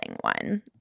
one